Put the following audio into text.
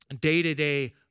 day-to-day